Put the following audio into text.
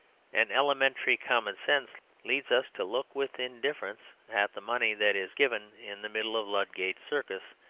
an elementary common-sense leads us to look with indifference at the money that is given in the middle of ludgate circus,